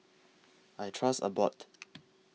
I Trust Abbott